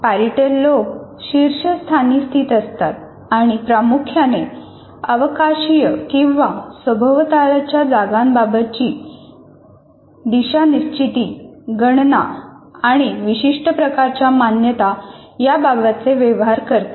parietal lobe शीर्षस्थानी स्थित असतात आणि प्रामुख्याने अवकाशिय किंवा सभोवतालच्या जागांबाबताची दिशानिश्चिती गणना आणि विशिष्ट प्रकारच्या मान्यता याबाबतचे व्यवहार करतात